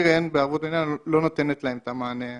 שהקרן בערבות מדינה לא נותנת את המענה המספיק.